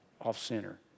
off-center